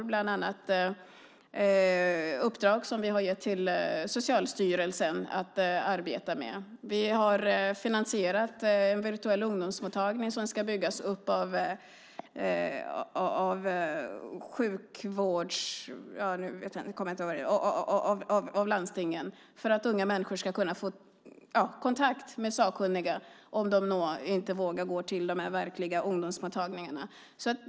Det gäller bland annat ett uppdrag som vi har gett till Socialstyrelsen att arbeta med. Vi har finansierat en virtuell ungdomsmottagning som ska byggas upp av landstingen för att unga människor ska kunna få kontakt med sakkunniga om de inte vågar gå till de verkliga ungdomsmottagningarna.